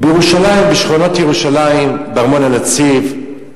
בירושלים, בשכונות ירושלים, בארמון-הנציב,